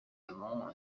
amants